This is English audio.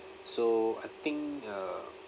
so I think uh